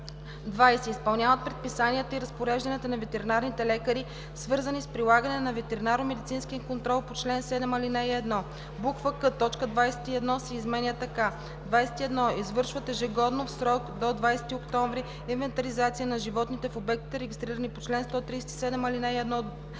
„20. изпълняват предписанията и разпорежданията на ветеринарните лекари, свързани с прилагане на ветеринарномедицински контрол по чл. 7, ал. 1;“ к) точка 21 се изменя така: „21. извършват ежегодно в срок до 20 октомври инвентаризация на животните в обектите, регистрирани по чл. 137,